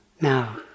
now